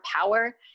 power